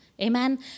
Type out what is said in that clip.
Amen